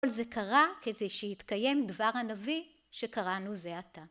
כל זה קרה כדי שהתקיים דבר הנביא שקראנו זה עתה.